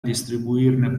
distribuirne